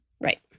Right